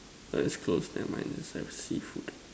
alright it's close never mind let's find for seafood